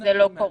זה לא קורה.